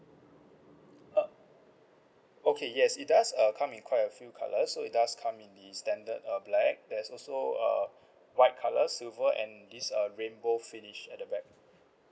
uh okay yes it does uh come in quite a few colours so it does come in the standard uh black there's also uh white colour silver and this uh rainbow finish at the back